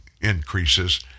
increases